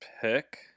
pick